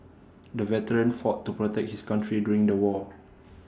the veteran fought to protect his country during the war